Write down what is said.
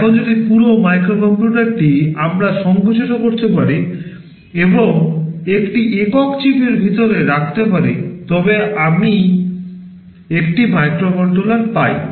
এখন যদি পুরো মাইক্রো কম্পিউটারটি আমরা সংকুচিত করতে পারি এবং একটি একক চিপের ভিতরে রাখতে পারি তবে আমি একটি মাইক্রোকন্ট্রোলার পাই